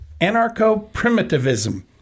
anarcho-primitivism